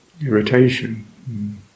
irritation